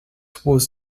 was